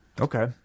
Okay